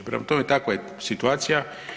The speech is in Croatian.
Prema tome, takva je situacija.